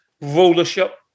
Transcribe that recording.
rulership